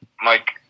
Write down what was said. Mike